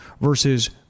versus